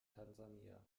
tansania